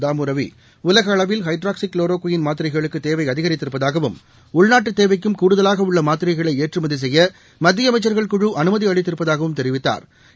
தாமு ரவி உலகளவில் ஹைட்ராக்சிகுளோரோகுயின் மாத்திரைகளுக்கு தேவை அதிகித்திருப்பதாகவும் உள்நாட்டு தேவைக்கும் கூடுதலாக உள்ள மாத்திளரகளை ஏற்றுமதி செய்ய மத்திய அமைச்சா்கள் குழு அனுமதி அளித்திருப்பதாகவும் தெரிவித்தாா்